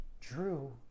Drew